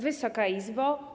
Wysoka Izbo!